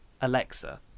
Alexa